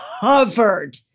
covered